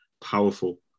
powerful